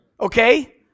okay